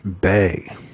Bay